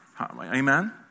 Amen